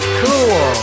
cool